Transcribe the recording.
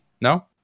No